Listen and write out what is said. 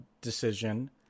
decision